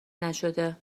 نشده